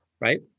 right